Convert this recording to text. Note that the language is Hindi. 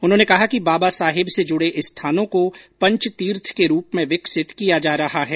उन्होंने कहा कि बाबा साहेब से जुड़े स्थानों को पंच तीर्थ के रूप में विकसित किया जा रहा है